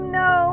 no